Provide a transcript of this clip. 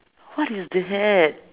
what is that